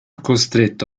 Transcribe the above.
costretto